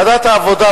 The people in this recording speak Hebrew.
ועדת העבודה,